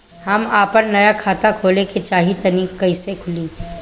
हम आपन नया खाता खोले के चाह तानि कइसे खुलि?